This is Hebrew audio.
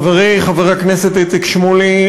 חברי חבר הכנסת איציק שמולי,